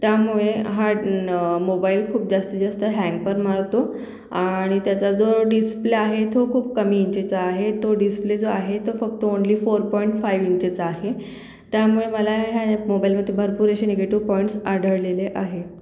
त्यामुळे हा ना मोबाईल खूप जास्तीत जास्त हँग पण मारतो आणि त्याचा जो डिस्प्ले आहे तो खूप कमी इंचेचा आहे तो डिस्प्ले जो आहे तो फक्त ओन्ली फोर पॉईंट फायू इंचेचा आहे त्यामुळे मला ह्या मोबाईलवरती भरपूर असे निगेटिव पॉईंट्स आढळलेले आहे